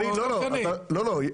לא, לא.